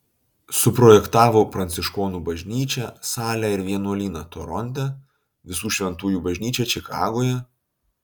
suprojektavo pranciškonų bažnyčią salę ir vienuolyną toronte visų šventųjų bažnyčią čikagoje